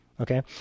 Okay